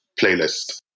playlist